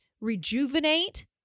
rejuvenate